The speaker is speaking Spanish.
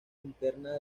internas